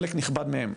חלק נכבד מהן,